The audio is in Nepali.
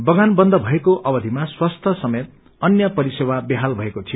बगान बन्द भएको अवधिमा स्वस्थ्य समेत अन्य परिसेवा बेहाल भएको थियो